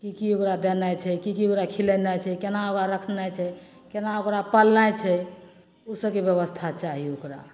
की की ओकरा देनाइ छै की की ओकरा खिलेनाय छै केना ओकरा रखनाय छै केना ओकरा पालनाय छै उसब के ब्यवस्था चाही ओकरा